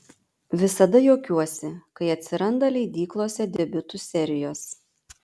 visada juokiuosi kai atsiranda leidyklose debiutų serijos